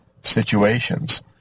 situations